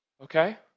Okay